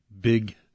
big